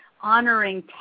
honoring